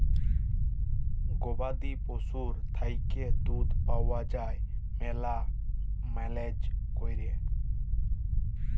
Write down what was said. গবাদি পশুর থ্যাইকে দুহুদ পাউয়া যায় ম্যালা ম্যালেজ ক্যইরে